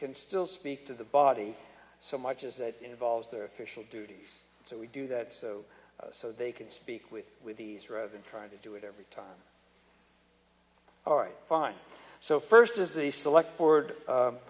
can still speak to the body so much as that involves their official duties so we do that so so they can speak with with these rather than trying to do it every time or a fine so first as the select board